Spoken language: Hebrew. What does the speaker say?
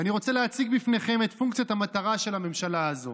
ואני רוצה להציג בפניכם את פונקציית המטרה של הממשלה הזו.